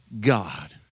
God